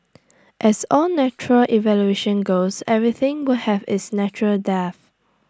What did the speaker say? as all natural evolution goes everything will have its natural death